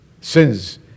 sins